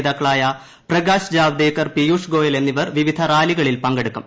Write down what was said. നേതാക്കളായ പ്രകാശ് ജാവ്ദേക്കർ പീയുഷ് ഗോയൽ എന്നിവർ വിവിധ റാലികളിൽ പങ്കെടുക്കും